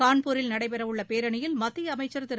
கான்பூரில் நடைபெறவுள்ள பேரணியில் மத்திய அமைச்சர் திரு